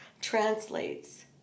Translates